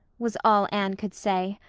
was all anne could say.